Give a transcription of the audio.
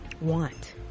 want